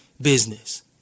business